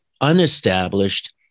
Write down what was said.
unestablished